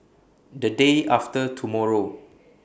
The Day after tomorrow